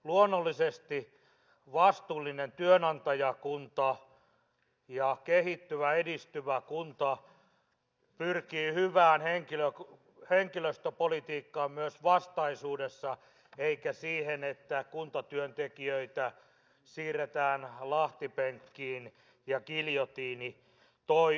luonnollisesti vastuullinen työnantajakunta ja kehittyvä edistyvä kunta pyrkii hyvään henkilöstöpolitiikkaan myös vastaisuudessa eikä siihen että kuntatyöntekijöitä siirretään lahtipenkkiin ja giljotiini toimii